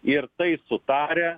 ir tai sutarę